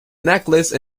necklace